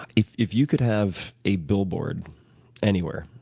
if if you could have a billboard anywhere,